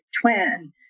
twin